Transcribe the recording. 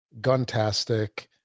guntastic